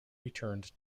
returned